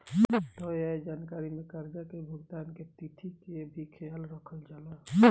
तय आय जानकारी में कर्जा के भुगतान के तिथि के भी ख्याल रखल जाला